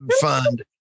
fund